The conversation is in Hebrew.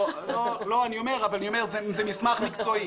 לא, אבל אני אומר, זה מסמך מקצועי.